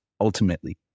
ultimately